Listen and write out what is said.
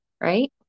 right